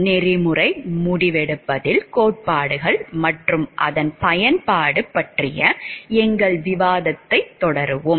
நெறிமுறை முடிவெடுப்பதில் கோட்பாடுகள் மற்றும் அதன் பயன்பாடு பற்றிய எங்கள் விவாதத்தைத் தொடருவோம்